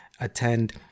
attend